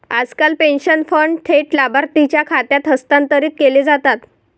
आजकाल pension fund थेट लाभार्थीच्या खात्यात हस्तांतरित केले जातात